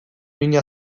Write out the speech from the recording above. mina